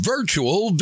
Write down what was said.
Virtual